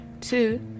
Two